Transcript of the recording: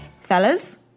Fellas